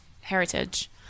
heritage